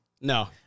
No